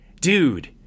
dude